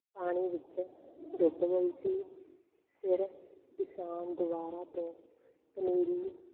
ਪਾਣੀ ਵਿੱਚ ਡੁੱਬ ਗਈ ਸੀ ਫਿਰ ਕਿਸਾਨ ਦੁਬਾਰਾ ਤੋਂ ਪਨੀਰੀ